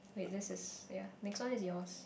wait this is ya next one is yours